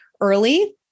early